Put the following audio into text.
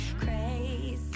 crazy